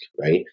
right